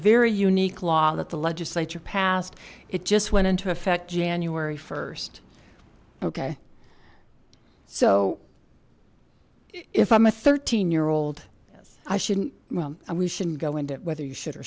very unique law that the legislature passed it just went into effect january first ok so if i'm a thirteen year old i shouldn't and we shouldn't go into whether you should or